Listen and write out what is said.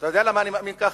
אתה יודע למה אני מאמין ככה?